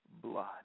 blood